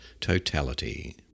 totality